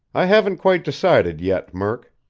i haven't quite decided yet, murk.